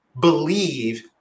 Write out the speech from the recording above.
believe